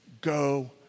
go